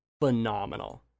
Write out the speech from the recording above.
phenomenal